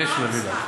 לבקש ולהביא לך.